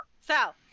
Sal